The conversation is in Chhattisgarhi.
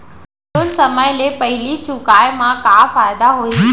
लोन समय ले पहिली चुकाए मा का फायदा होही?